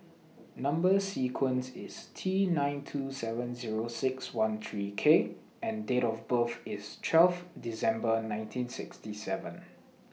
Number sequence IS T nine two seven Zero six one three K and Date of birth IS twelve December nineteen sixty seven